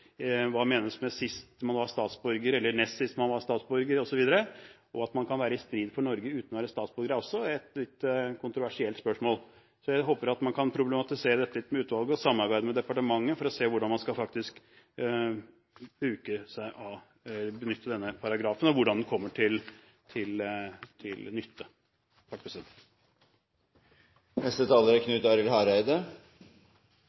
hva menes med «sist var statsborger» eller nest sist man var statsborger, osv. At man kan være i strid for Norge uten å være statsborger, er også et litt kontroversielt spørsmål. Så jeg håper at man kan problematisere dette litt med utvalget og samarbeide med departementet for å se på hvordan man faktisk skal benytte denne paragrafen, og hvordan den kommer til